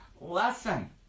lesson